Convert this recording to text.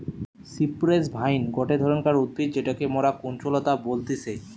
cypress vine গটে ধরণকার উদ্ভিদ যেটাকে মরা কুঞ্জলতা বলতিছে